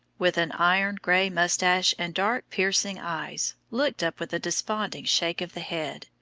with an iron-grey moustache and dark, piercing eyes, looked up with a desponding shake of the head,